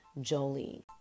Jolie